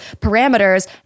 parameters